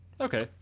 Okay